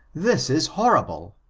this is horrible!